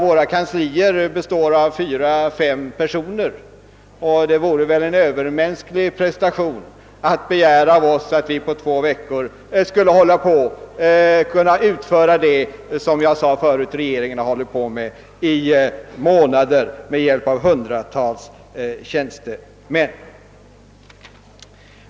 Våra kanslier består av fyra, fem personer, och det vore väl att begära en övermänsklig prestation av oss att vi på två veckor skulle kunna utföra det som regeringen har hållit på med i månader med hjälp av hundratals tjänstemän.